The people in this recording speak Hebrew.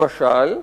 למשל,